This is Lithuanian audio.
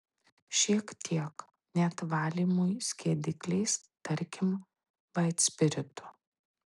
šiek tiek net valymui skiedikliais tarkim vaitspiritu